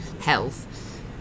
health